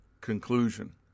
conclusion